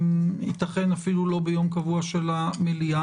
ייתכן אפילו לא ביום קבוע של המליאה,